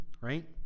right